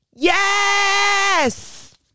Yes